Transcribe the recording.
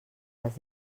les